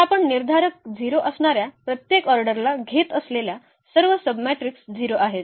तर आपण निर्धारक 0 असणाऱ्या प्रत्येक ऑर्डरला घेत असलेल्या सर्व सबमेट्रिक्स 0 आहेत